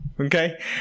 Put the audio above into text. Okay